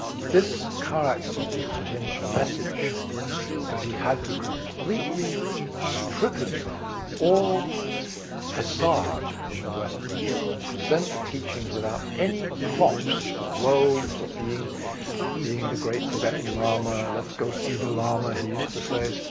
this car accident was to him a message that he had to completely strip himself of all facade in the western world, and present the teachings without any props of robes, or being being the great tibetan lama. let's go see the lama he used to say.